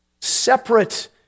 Separate